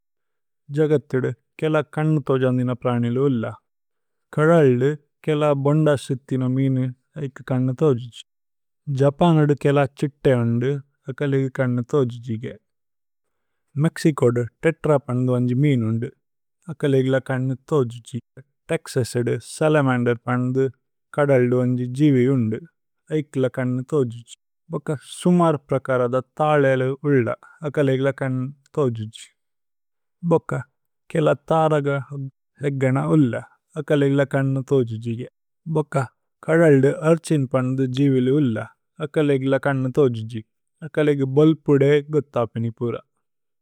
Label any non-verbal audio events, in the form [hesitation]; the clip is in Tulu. ജഗഥിദ് കേല കന്ന് തോജന് ദിന പ്രനില ഉല്ല। കദല്ദു കേല ബോന്ദസിഥിന മീനു ഏഇക് കന്ന്। [hesitation] തോജുഛി ജപനദു കേല ഛിത്തേ। ഉന്ദു അകലേഗ്ല കന്ന് തോജുഛിഗേ മേക്സികോദു। തേത്രപന്ദു വന്ജി മീനു ഉന്ദു അകലേഗ്ല കന്ന്। തോജുഛിഗേ തേക്സസിദു സലമന്ദേര് പന്ദ് കദല്ദു। വന്ജി ജിവി ഉന്ദു ഏഇക് ല കന്ന് തോജുഛി ഭോക। സുമര് പ്രകരദ ഥലേല ഉല്ല അകലേഗ്ല കന്ന്। തോജുഛി ഭോക കേല ഥരഗ ഹേഗ്ഗന ഉല്ല। അകലേഗ്ല കന്ന് തോജുഛിഗേ ഭോക കദല്ദു അര്ഛിന്। പന്ദു ജിവി ഉല്ല അകലേഗ്ല കന്ന് തോജുഛി। അകലേഗു ബോല്പുദേ ഗോതപിനി പുര।